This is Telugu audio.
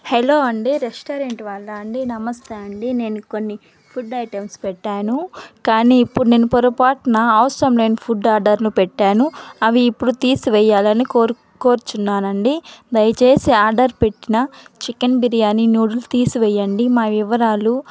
హలో అండి రెస్టారెంట్ వాళ్ళా అండి నమస్తే అండి నేను కొన్ని ఫుడ్ ఐటమ్స్ పెట్టాను కానీ ఇప్పుడు నేను పొరపాటున అవసరం లేని ఫుడ్ ఆర్డర్ను పెట్టాను అవి ఇప్పుడు తీసివేయ్యాలని కోరు కోరుచున్నానండి దయచేసి ఆర్డర్ పెట్టిన చికెన్ బిర్యానీ నూడుల్ తీసివేయండి మా వివరాలు